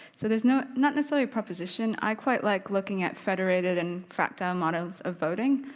so there's no, not necessarily a proposition. i quite like looking at federated and fractile models of voting,